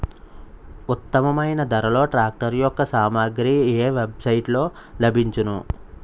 ఉత్తమమైన ధరలో ట్రాక్టర్ యెక్క సామాగ్రి ఏ వెబ్ సైట్ లో లభించును?